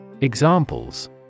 Examples